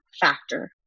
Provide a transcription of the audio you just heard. factor